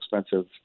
expensive